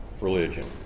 religion